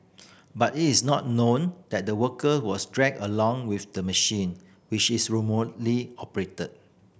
but it is not known that the worker was dragged along with the machine which is remotely operated